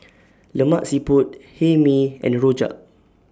Lemak Siput Hae Mee and Rojak